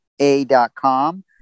a.com